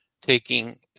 taking